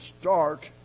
start